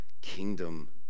kingdom